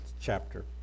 chapter